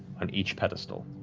on each pedestal.